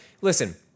listen